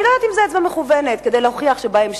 אני לא יודעת אם זו אצבע מכוונת כדי להוכיח בהמשך,